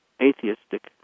atheistic